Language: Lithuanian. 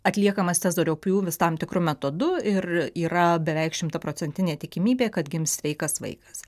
atliekamas cezario pjūvis tam tikru metodu ir yra beveik šimtaprocentinė tikimybė kad gims sveikas vaikas